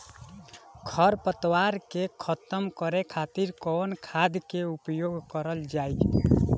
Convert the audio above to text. खर पतवार के खतम करे खातिर कवन खाद के उपयोग करल जाई?